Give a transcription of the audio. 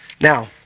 Now